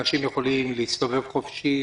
רגע.